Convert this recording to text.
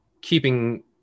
keeping